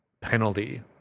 penalty